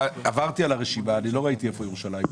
עברתי על הרשימה ולא ראיתי את ירושלים כאן.